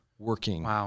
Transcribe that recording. working